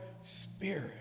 spirit